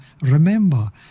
Remember